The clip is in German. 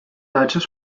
deutscher